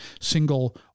single